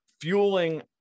fueling